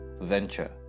venture